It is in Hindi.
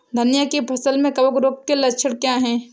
धनिया की फसल में कवक रोग के लक्षण क्या है?